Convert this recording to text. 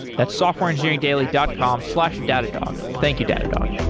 that's softwareengineeringdaily dot com slash datadog. thank you, datadog